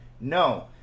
No